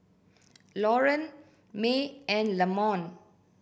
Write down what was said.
Loren May and Lamont